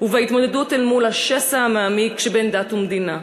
ובהתמודדות אל מול השסע המעמיק שבין דת ומדינה.